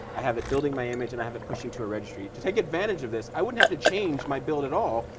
i have it building my image, and i have it pushing to a registry. to take advantage of this, i wouldn't have to change my build at all.